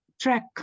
track